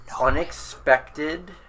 unexpected